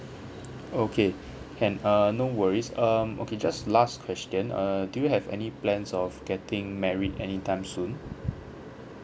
okay can err no worries um okay just last question err do you have any plans of getting married any time soon